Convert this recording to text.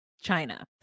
china